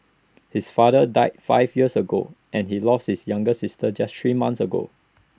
his father died five years ago and he lost his younger sister just three months ago